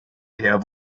der